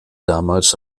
damals